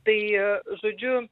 tai žodžiu